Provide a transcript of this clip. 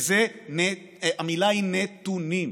והמילה היא "נתונים".